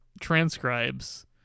transcribes